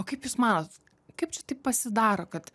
o kaip jūs manot kaip čia taip pasidaro kad